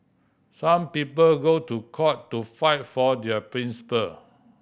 some people go to court to fight for their principle